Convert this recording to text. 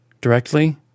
directly